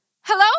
Hello